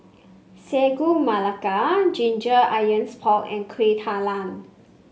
Sagu Melaka Ginger Onions Pork and Kueh Talam